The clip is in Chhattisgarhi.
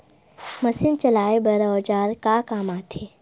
मशीन चलाए बर औजार का काम आथे?